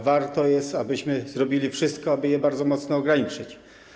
Warto abyśmy zrobili wszystko, aby je bardzo mocno ograniczyć.